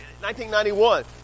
1991